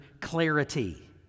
clarity